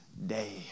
day